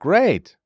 Great